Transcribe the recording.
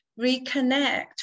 reconnect